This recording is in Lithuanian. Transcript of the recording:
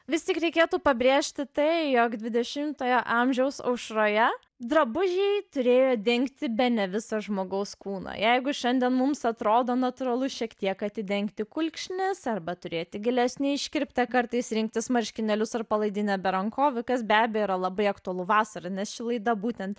vis tik reikėtų pabrėžti tai jog dvidešimtojo amžiaus aušroje drabužiai turėjo dengti bene visą žmogaus kūną jeigu šiandien mums atrodo natūralu šiek tiek atidengti kulkšnis arba turėti gilesnę iškirptę kartais rinktis marškinėlius ar palaidinę be rankovių kas be abejo yra labai aktualu vasarą nes ši laida būtent